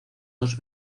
dos